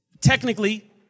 Technically